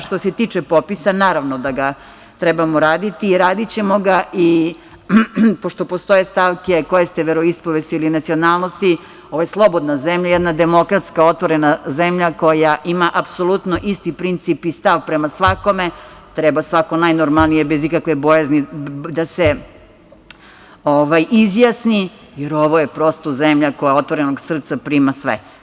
Što se tiče popisa, naravno da ga trebamo raditi i radićemo ga, pošto postoje stavke koje ste veroispovesti ili nacionalnosti, ovo je slobodna zemlja, jedna demokratska, otvorena zemlja koja ima apsolutno isti princip i stav prema svakome, treba svako najnormalnije, bez ikakve bojazni da se izjasni, jer ovo je prosto zemlja koja otvorenog srca prima sve.